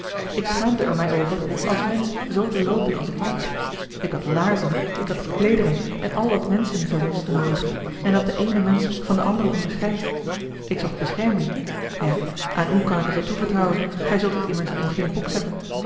ik schaamde er mij over als mensch zoo te loopen als ik liep ik had laarzen ik had kleederen en al dat menschenvernis noodig dat den eenen mensch van den anderen onderscheidt ik zocht bescherming ja aan u kan ik het wel toevertrouwen gij zult het immers in geen boek zetten